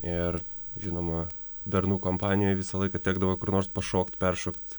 ir žinoma bernų kompanijoj visą laiką tekdavo kur nors pašokt peršokt